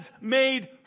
made